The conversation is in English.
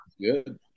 good